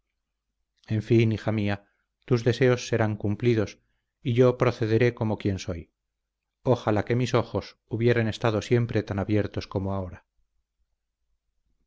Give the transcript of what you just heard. en fin hija mía tus deseos serán cumplidos y yo procederé como quien soy ojalá que mis ojos hubieran estado siempre tan abiertos como ahora